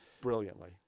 brilliantly